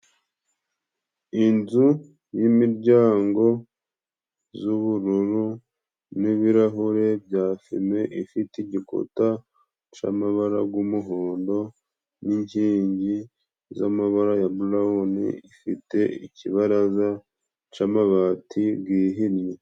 Inzu y'imiryango z'ubururu n'ibirahure bya fume, ifite igikuta c'amabara g'umuhondo n'inkingi z'amabara ya bulowuni ,ifite ikibaraza c'amabati gihinnye.